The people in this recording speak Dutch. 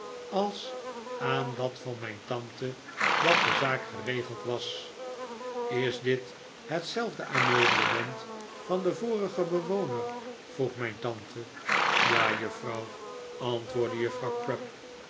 als aan dat van mijn tante dat de zaak geregeld was is dit hetzelfde ameublement van den vorigen bewoner vroeg mijn tante ja juffrouw antwoordde juffrouw crupp